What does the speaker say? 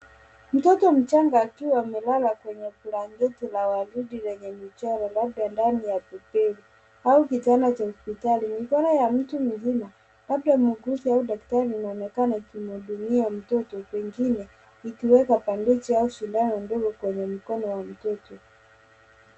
Mtoto mchanga akiwa amelala kwenye blanketi la waridi lenye michoro labda ndani ya duvet ,au kitanda cha hospitali. Mikono ya mtu mzima, labda muuguzi au daktari inaonekana ikimuhudumia mtoto, pengine ikiweka bandeji au sindano ndogo kwenye mkono wa mtoto.